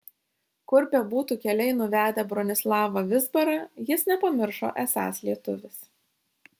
kur bebūtų keliai nuvedę bronislavą vizbarą jis nepamiršo esąs lietuvis